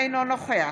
אינו נוכח